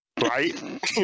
Right